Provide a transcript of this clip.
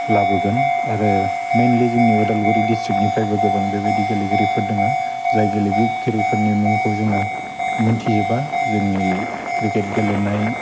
लाबोगोन आरो मेइनलि जोंनि उदालगुरि डिस्ट्रिक्टनिफ्रायबो गोबां बेबायदि गेलेगिरिफोर दङ जाय गेलेगिरिफोरनि मुंखौ जोङो मिनथिजोबा जोंनि क्रिकेट गेलेनाय